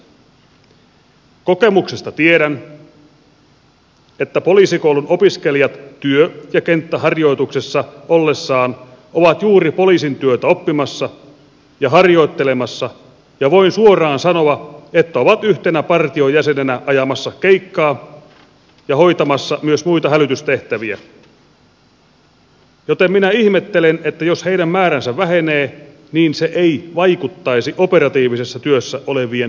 kokemuksesta tiedän että poliisikoulun opiskelijat työ ja kenttäharjoituksessa ollessaan ovat juuri poliisin työtä oppimassa ja harjoittelemassa ja voin suoraan sanoa että ovat yhtenä partiojäsenenä ajamassa keikkaa ja hoitamassa myös muita hälytystehtäviä joten minä ihmettelen että jos heidän määränsä vähenee se ei vaikuttaisi operatiivisessa työssä olevien poliisien määrään